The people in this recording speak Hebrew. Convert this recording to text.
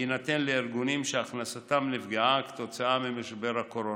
יינתן לארגונים שהכנסתם נפגעה כתוצאה משבר הקורונה.